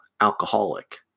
alcoholic